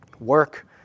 Work